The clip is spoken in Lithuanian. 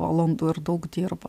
valandų ir daug dirbo